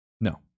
no